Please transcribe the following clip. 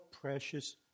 precious